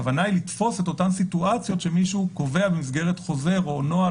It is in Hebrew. הכוונה היא לתפוס את אותן סיטואציות שמישהו קובע במסגרת חוזר או נוהל